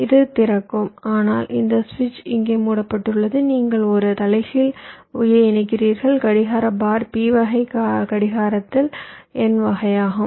இது திறக்கும் ஆனால் இந்த சுவிட்ச் இங்கே மூடப்பட்டுள்ளது நீங்கள் ஒரு தலைகீழ் Y ஐ இணைக்கிறீர்கள் கடிகாரப் பார் p வகை கடிகாரத்தில் n வகையாகும்